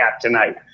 tonight